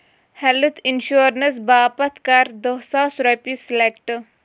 health insurance باپتھ کَر دہ ساس رۄپیہِ سِلیکٹ